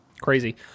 Crazy